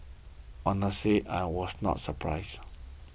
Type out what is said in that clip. honestly I was not surprised